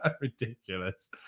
ridiculous